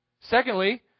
Secondly